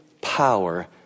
power